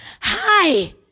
hi